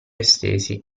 estesi